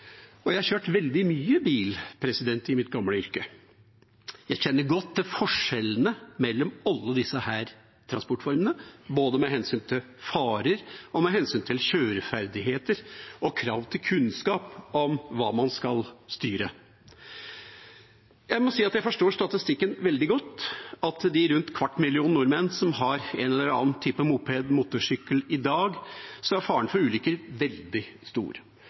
jeg har kjørt veldig mye bil i mitt gamle yrke. Jeg kjenner godt til forskjellene mellom alle disse transportformene, både med hensyn til farer og med hensyn til kjøreferdigheter og krav til kunnskap om hva man skal styre. Jeg må si at jeg forstår statistikken veldig godt – at blant den rundt kvarte millionen nordmenn som har en eller annen type moped eller motorsykkel i dag, er faren for ulykker veldig stor,